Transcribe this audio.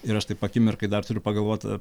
ir aš taip akimirkai dar turiu pagalvot